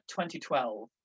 2012